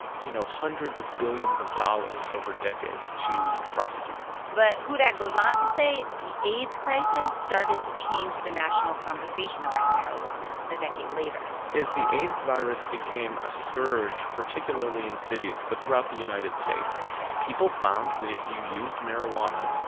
you know, hundreds of billions of dollars over decades to prosecute but hudak goes on to say the aids crisis started to change the national conversation around marijuana a decade later as the aids virus became a scourge, particularly in cities but throughout the united states people found that if you used marijuana,